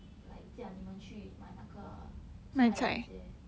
like 驾你们去买那个菜这些